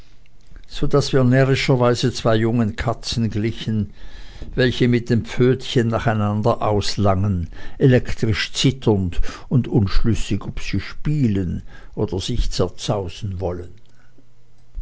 so daß wir närrischerweise zwei jungen katzen glichen welche mit den pfötchen nacheinander auslangen elektrisch zitternd und unschlüssig ob sie spielen oder sich zerzausen sollen